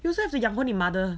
you also have to 养活你 mother